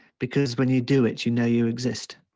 because when you do it, you know you exist.